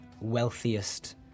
wealthiest